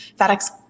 FedEx